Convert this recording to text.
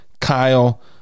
kyle